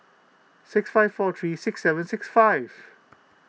six five four three six seven six five